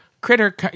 Critter